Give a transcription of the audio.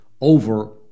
over